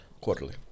quarterly